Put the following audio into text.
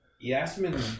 Yasmin